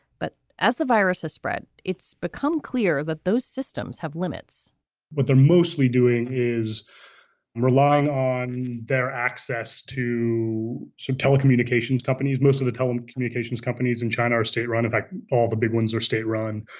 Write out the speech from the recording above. but as the virus has spread, it's become clear that those systems have limits but they're mostly doing is relying on their access to some telecommunications companies. most of the telecommunications companies in china's state run it all. the big ones are state run.